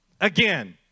Again